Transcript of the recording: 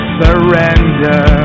surrender